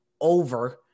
over